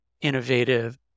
innovative